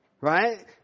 Right